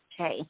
Okay